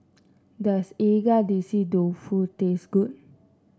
does Agedashi Dofu taste good